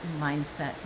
mindset